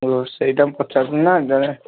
ଓ ସେଇଟା ମୁଁ ପଚାରିଥିଲି ନା ଜଣେ